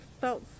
felt